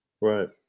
Right